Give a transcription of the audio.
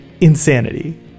insanity